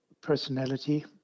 personality